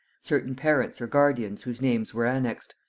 certain parents or guardians whose names were annexed,